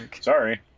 Sorry